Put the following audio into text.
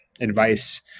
advice